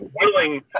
willing